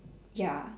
ya